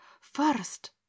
First—